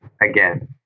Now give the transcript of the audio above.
again